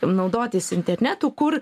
naudotis internetu kur